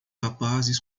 rapazes